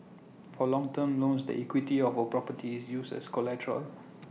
for loan term loans the equity of A property is used as collateral